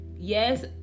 yes